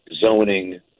zoning